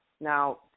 Now